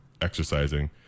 exercising